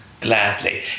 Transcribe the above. gladly